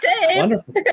Wonderful